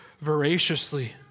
voraciously